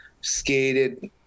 Skated